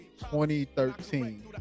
2013